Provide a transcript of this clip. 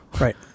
right